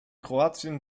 kroatien